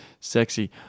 sexy